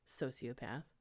Sociopath